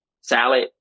salad